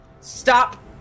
Stop